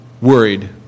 worried